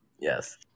Yes